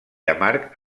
amarg